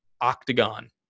octagon